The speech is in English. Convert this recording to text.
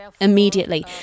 immediately